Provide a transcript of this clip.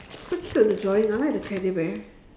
so cute the drawing I like the teddy bear